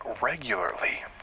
regularly